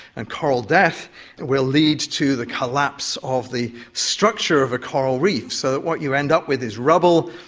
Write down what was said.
and coral death will lead to the collapse of the structure of a coral reef, so that what you end up with is rubble.